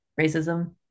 racism